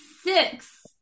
six